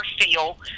feel